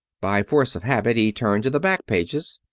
by force of habit he turned to the back pages.